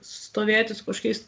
stovėti su kažkokiais